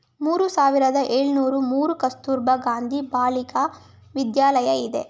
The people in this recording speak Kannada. ಮೂರು ಸಾವಿರದ ಏಳುನೂರು ಮೂರು ಕಸ್ತೂರಬಾ ಗಾಂಧಿ ಬಾಲಿಕ ವಿದ್ಯಾಲಯ ಇದೆ